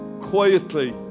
quietly